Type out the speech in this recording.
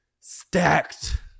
Stacked